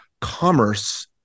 commerce